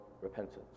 repentance